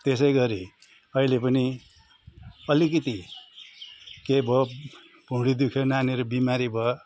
त्यसै गरी अहिले पनि अलिकति के भयो भुँडी दुख्यो नानीहरू बिमारी भयो